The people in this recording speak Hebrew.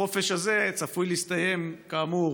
החופש הזה צפוי להסתיים כאמור